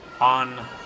on